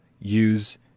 use